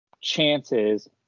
chances